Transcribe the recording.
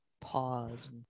Pause